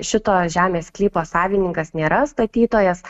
šito žemės sklypo savininkas nėra statytojas